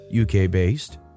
UK-based